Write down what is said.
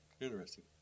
Interesting